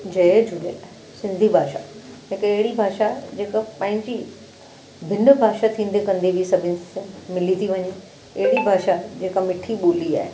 जय झूलेलाल सिंधी भाषा हिकु अहिड़ी भाषा जेका पंहिंजी भिन्न भाषा थींदे कंदे बि सभिन सां मिली थी वञे अहिड़ी भाषा जेका मिठी ॿोली आए